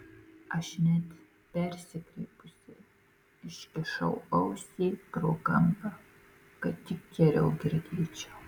aš net persikreipusi iškišau ausį pro kampą kad tik geriau girdėčiau